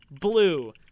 Blue